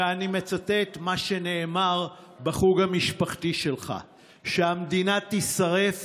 ואני מצטט מה שנאמר בחוג המשפחתי שלך: שהמדינה תישרף